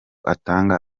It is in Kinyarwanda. atanga